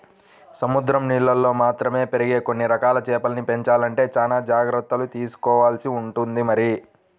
సముద్రం నీళ్ళల్లో మాత్రమే పెరిగే కొన్ని రకాల చేపల్ని పెంచాలంటే చానా జాగర్తలు తీసుకోవాల్సి ఉంటుంది మరి